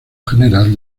general